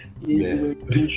Yes